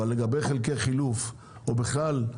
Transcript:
אבל לגבי חלקי חילוף או בכלל,